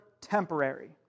temporary